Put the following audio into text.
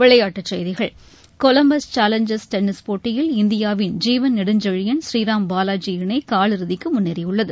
விளையாட்டுச்செய்கிகள் Columbus Challengers tennis போட்டியில் இந்தியாவின் ஜீவன் நெடுஞ்செழியன் புநீராம் பாலாஜி இணை காலிறுதிக்கு முன்னேறியுள்ளது